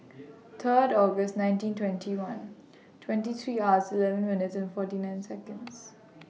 Third August nineteen twenty one twenty three hours eleven minutes forty nine Seconds